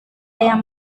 yang